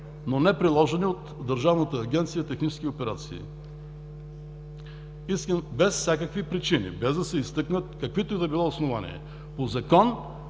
но неприложени от Държавна агенция „Технически операции“ без всякакви причини, без да се изтъкнат каквито и да било основания. По закон